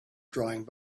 drawing